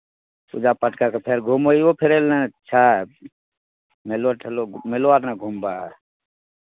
पूजा पाठ करि कऽ फेर घुमैओ फिरय लए ने छै मेलो ठेलो मेलो आर ने घुमबै